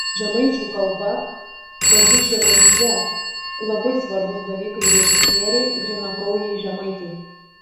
žemaičių kalba pati žemaitija labai svarbūs dalykai režisierei grynakraujei žemaitei